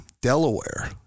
Delaware